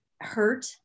hurt